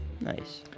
Nice